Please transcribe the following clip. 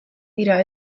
dira